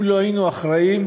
אם לא היינו אחראיים,